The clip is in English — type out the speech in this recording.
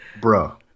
bro